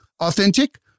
authentic